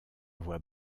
voix